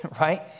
right